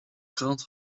krant